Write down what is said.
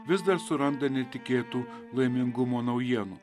vis dar suranda netikėtų laimingumo naujienų